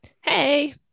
Hey